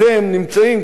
ואתם נמצאים,